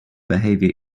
behavior